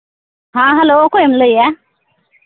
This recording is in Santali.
ᱦᱮᱸ ᱦᱮᱞᱳ ᱚᱠᱚᱭᱮᱢ ᱞᱟᱹᱭᱮᱫᱼᱟ